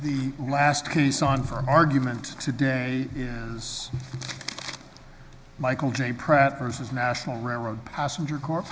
the last case on for argument today is michael j pratt versus national railroad passenger c